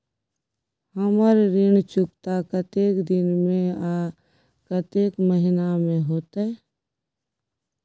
हमर ऋण चुकता कतेक दिन में आ कतेक महीना में होतै?